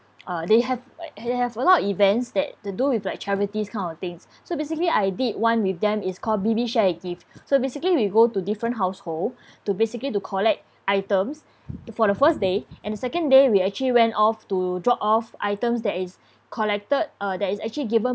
uh they have like they have a lot events that to do with like charities kind of things so basically I did one with them is called B_B share a gift so basically we go to different household to basically to collect items for the first day and the second day we actually went off to drop off items that is collected uh that is actually given